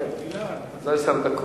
עשר דקות.